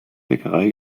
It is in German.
bäckerei